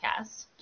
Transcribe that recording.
podcast